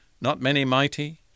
not-many-mighty